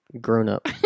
grown-up